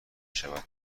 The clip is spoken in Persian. شود